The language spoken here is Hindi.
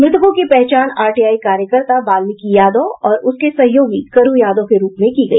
मृतकों की पहचान आरटीआई कार्यकर्ता बाल्मीकि यादव और उसके सहयोगी करू यादव के रूप में की गई